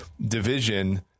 division